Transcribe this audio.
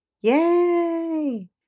Yay